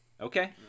Okay